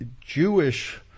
Jewish